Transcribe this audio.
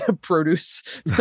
produce